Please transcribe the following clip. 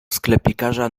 sklepikarza